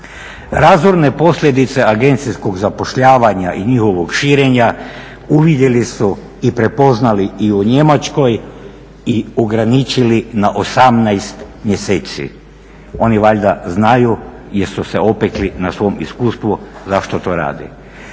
Razorne posljedice agencijskog zapošljavanja i njihovog širenja uvidjeli su i prepoznali i u Njemačkoj i ograničili na 18 mjeseci. Oni valjda znaju jer su se opekli na svom iskustvu zašto to rade.